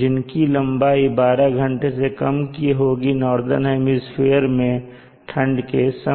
जिनकी लंबाई 12 घंटे से कम की होगी नॉर्दन हेमिस्फीयर में ठंड के समय